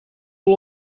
wel